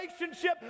relationship